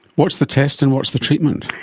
what's the test and what's the treatment?